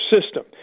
system